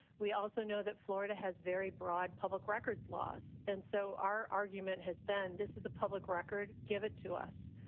we also know that florida has very broad public records laws. and so our argument has been this is a public record. give it to us.